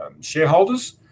shareholders